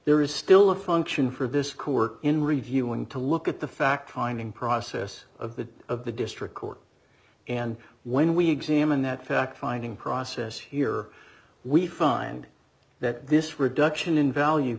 there is still a function for this court in reviewing to look at the fact finding process of the of the district court and when we examine that fact finding process here we find that this reduction in value